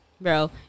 Bro